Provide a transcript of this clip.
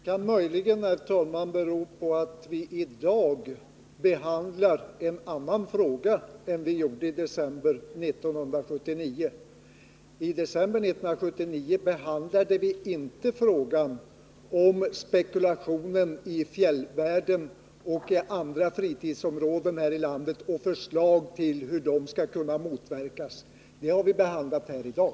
Herr talman! Det kan möjligen bero på att vi dag behandlar en annan fråga än vi gjorde i december 1979. Då behandlade vi inte frågan om spekulation i fjällvärlden och andra fritidsområden här i landet och förslag om hur sådant skulle kunna motverkas. Det har vi behandlat här i dag.